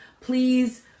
please